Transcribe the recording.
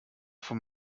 vom